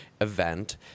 event